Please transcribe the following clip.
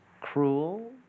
cruel